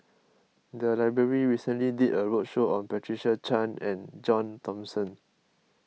the library recently did a roadshow on Patricia Chan and John Thomson